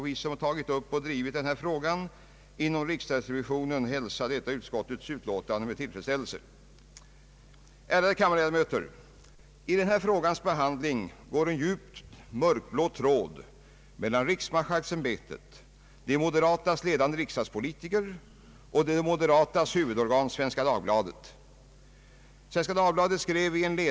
Vi som har tagit upp och drivit denna fråga inom riksdagsrevisionen hälsar detta utskottets utlåtande med tillfredsställelse. Ärade kammarledamöter! I denna frågas behandling går en djupt mörkblå tråd mellan riksmarskalksämbetet, de moderatas ledande riksdagspolitiker och de moderatas huvudorgan, Svenska Dagbladet.